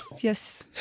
Yes